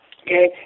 okay